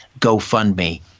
GoFundMe